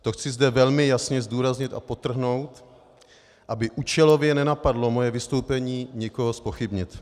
To zde chci velmi jasně zdůraznit a podtrhnout, aby účelově nenapadlo moje vystoupení někoho zpochybnit.